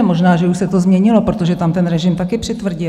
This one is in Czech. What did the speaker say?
Možná, že už se to změnilo, protože tam ten režim taky přitvrdil.